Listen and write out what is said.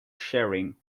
sharing